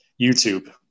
YouTube